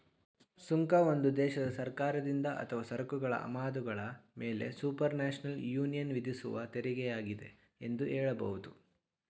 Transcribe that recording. ಸುಂಕ ಒಂದು ದೇಶದ ಸರ್ಕಾರದಿಂದ ಅಥವಾ ಸರಕುಗಳ ಆಮದುಗಳ ಮೇಲೆಸುಪರ್ನ್ಯಾಷನಲ್ ಯೂನಿಯನ್ವಿಧಿಸುವತೆರಿಗೆಯಾಗಿದೆ ಎಂದು ಹೇಳಬಹುದು